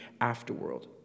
afterworld